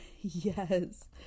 Yes